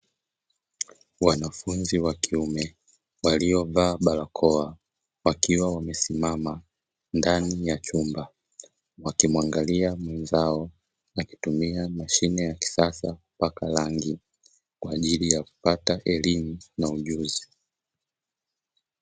Wanafunzi wa kiume waliovaa barakoa wakiwa wamesimama ndani ya chumba, wakimwangalia mwenzao akitumia mashine ya kisasa kupaka rangi kwa ajili ya kupata elimu na ujuzi.